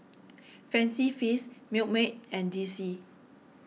Fancy Feast Milkmaid and D C